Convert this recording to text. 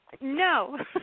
No